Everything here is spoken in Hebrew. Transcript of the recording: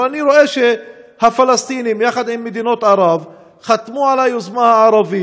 אבל אני רואה שהפלסטינים יחד עם מדינות ערב חתמו על היוזמה הערבית.